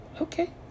Okay